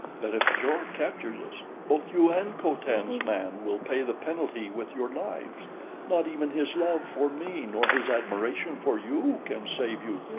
that if jor captures us, both you and co-tan's man will pay the penalty with your lives not even his love for me nor his admiration for you can save you.